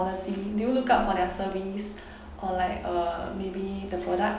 policy do you look out for their service or like uh maybe the product